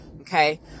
okay